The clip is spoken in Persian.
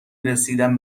رسیدن